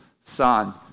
son